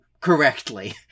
correctly